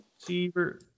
receiver